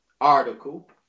article